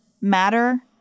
matter